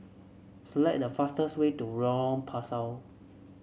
select the fastest way to Lorong Pasu